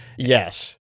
yes